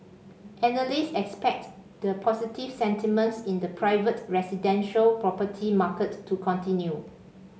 analysts expect the positive sentiments in the private residential property market to continue